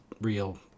real